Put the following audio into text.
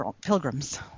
pilgrims